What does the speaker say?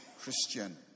Christian